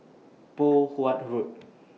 Poh Huat Road